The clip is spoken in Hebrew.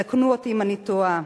תקנו אותי אם אני טועה,